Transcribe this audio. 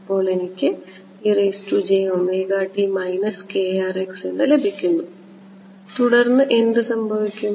അപ്പോൾ എനിക്ക് എന്ന് ലഭിക്കുന്നു തുടർന്ന് എന്ത് സംഭവിക്കും